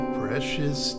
precious